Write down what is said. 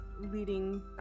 leading